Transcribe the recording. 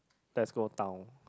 let's go town